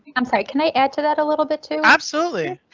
i'm sorry. can i add to that a little bit too? absolutely.